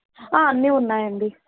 అన్నీ ఉన్నాయండి